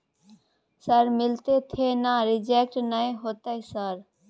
Sir मिलते थे ना रिजेक्ट नय होतय सर?